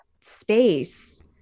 space